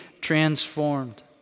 transformed